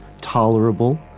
tolerable